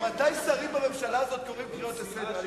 ממתי שרים בממשלה הזאת קוראים קריאות לסדר?